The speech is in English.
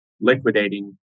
liquidating